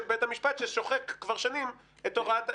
בית המשפט ששוחק כבר שנים את הוראת השעה.